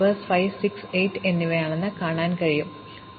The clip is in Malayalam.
അതിനാൽ ഇപ്പോൾ ഞങ്ങൾ തുടരുന്നു സമയം കാണുക 0318 5 6 8 എന്നിവ